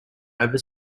over